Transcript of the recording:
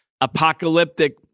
apocalyptic